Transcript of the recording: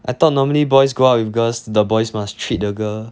I thought normally boys go out with girls the boys must treat the girl